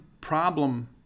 problem